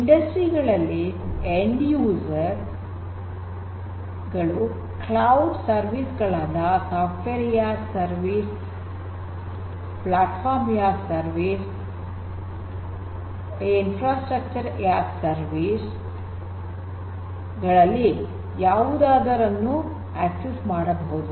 industry ಗಳಲ್ಲಿ end user ಗಳು cloud service ಗಳಾದ software as a service platform as a service infrastructure as a service ಗಳಲ್ಲಿ ಯಾವುದರನ್ನು access ಮಾಡಬಹುದು